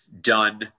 done